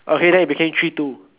okay then it became three two